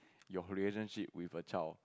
your relationship with a child